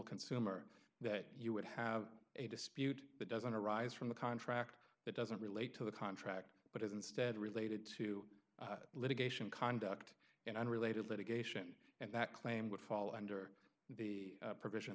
consumer that you would have a dispute that doesn't arise from the contract that doesn't relate to the contract but is instead related to litigation conduct and unrelated litigation and that claim would fall under the